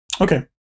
Okay